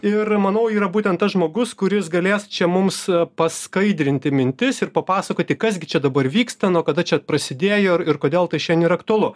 ir manau yra būtent tas žmogus kuris galės čia mums praskaidrinti mintis ir papasakoti kas gi čia dabar vyksta nuo kada čia prasidėjo ir ir kodėl tai šiandien yra aktualu